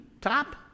top